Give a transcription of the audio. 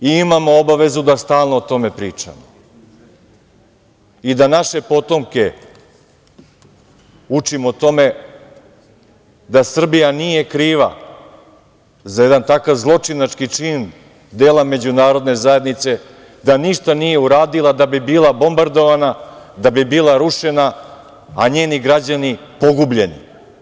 Imamo obavezu da stalno o tome pričamo i da naše potomke učimo o tome da Srbija nije kriva za jedan takav zločinački čin dela međunarodne zajednice, da ništa nije uradila da bi bila bombardovana, da bi bila rušena, a njeni građani pogubljeni.